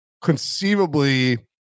conceivably